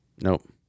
Nope